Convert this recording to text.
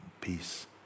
peace